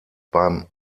beim